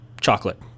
chocolate